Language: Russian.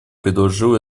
предложил